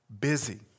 busy